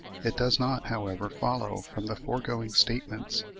it does not, however, follow from the foregoing statements,